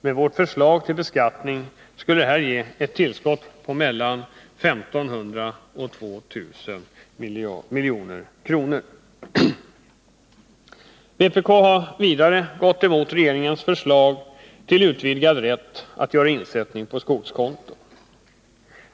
Med vårt förslag till beskattning skulle detta ge ett tillskott på 1 500-2 000 milj.kr. Vpk har vidare gått emot regeringens förslag till utvidgad rätt att göra insättning på skogskonto.